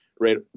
right